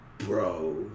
bro